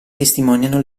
testimoniano